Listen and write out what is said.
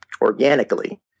organically